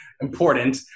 important